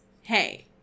hey